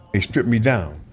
they stripped me down,